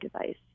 device